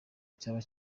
icyaba